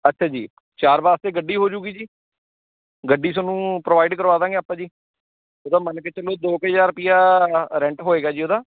ਅੱਛਾ ਜੀ ਚਾਰ ਵਾਸਤੇ ਗੱਡੀ ਹੋਜੂਗੀ ਜੀ ਗੱਡੀ ਤੁਹਾਨੂੰ ਪ੍ਰੋਵਾਇਡ ਕਰਵਾ ਦਾਂਗੇ ਆਪਾਂ ਜੀ ਉਹਦਾ ਮੰਨ ਕੇ ਚੱਲੋ ਦੋ ਕੁ ਹਜ਼ਾਰ ਰੁਪਈਆ ਰੈਂਟ ਹੋਏਗਾ ਜੀ ਉਹਦਾ